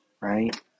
right